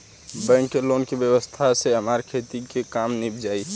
bank के loan के व्यवस्था से हमार खेती के काम नीभ जाई